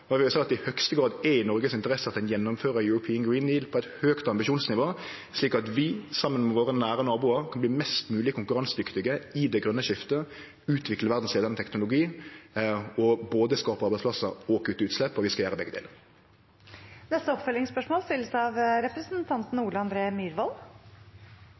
Eg vil seie at det i høgste grad er i Noregs interesse at ein gjennomfører European Green Deal på eit høgt ambisjonsnivå, slik at vi, saman med dei nære naboane våre, kan bli mest mogleg konkurransedyktige i det grøne skiftet, utvikle verdsleiande teknologi og både skape arbeidsplassar og kutte utslepp – og vi skal gjere